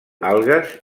algues